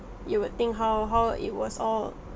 you would think how how it was all